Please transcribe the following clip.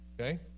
okay